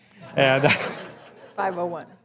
501